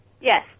Yes